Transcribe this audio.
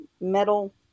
metal